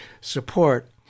support